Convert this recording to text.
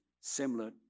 similar